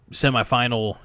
semifinal